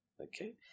Okay